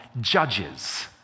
judges